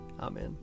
Amen